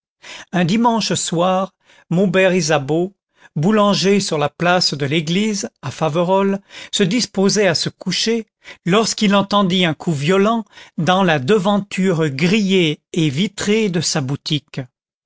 un dimanche soir maubert isabeau boulanger sur la place de l'église à faverolles se disposait à se coucher lorsqu'il entendit un coup violent dans la devanture grillée et vitrée de sa boutique